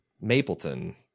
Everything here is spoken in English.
Mapleton